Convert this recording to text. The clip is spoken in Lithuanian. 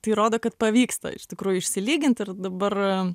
tai rodo kad pavyksta iš tikrųjų išsilygint ir dabar